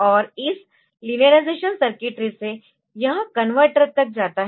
और इस linearisation circuitry से यह कनवर्टर तक जाता है